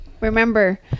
remember